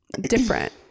different